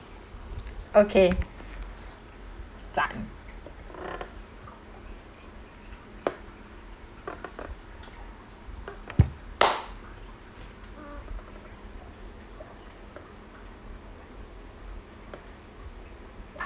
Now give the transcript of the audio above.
okay